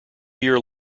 year